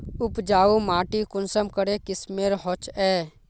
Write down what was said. उपजाऊ माटी कुंसम करे किस्मेर होचए?